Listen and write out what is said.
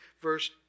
verse